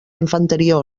infanteria